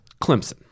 Clemson